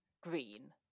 green